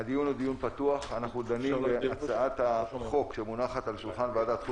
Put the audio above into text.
הדיון בהצעת החוק שהונחה על שולחן הוועדה.